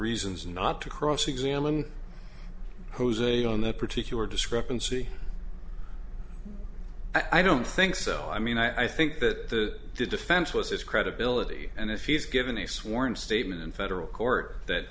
reasons not to cross examine jose on that particular discrepancy i don't think so i mean i think that the defense was his credibility and if he's given a sworn statement in federal court that